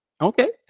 Okay